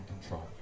control